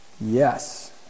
yes